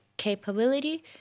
capability